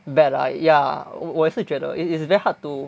bad lah ya 我也是觉得 it is very hard to